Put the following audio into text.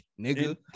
nigga